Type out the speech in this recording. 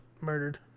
murdered